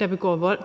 der begår vold,